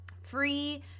free